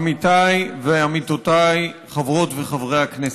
עמיתיי ועמיתותיי חברות וחברי הכנסת,